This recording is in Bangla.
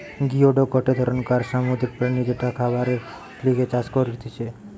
গিওডক গটে ধরণকার সামুদ্রিক প্রাণী যেটা খাবারের লিগে চাষ করতিছে